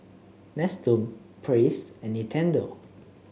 Nestum Praise and Nintendo